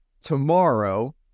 tomorrow